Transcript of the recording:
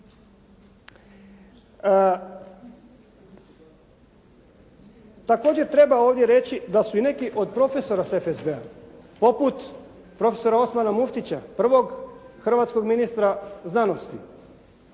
Također treba ovdje reći da su neki od profesora sa FSB-a poput profesora Osmana Muftića, prvog hrvatskog ministra znanosti,